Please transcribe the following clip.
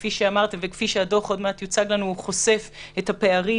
כפי שאמרתי וכפי שהדוח חושף את הפערים,